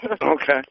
okay